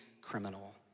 criminal